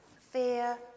fear